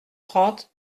trente